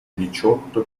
diciotto